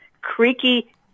creaky